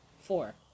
Four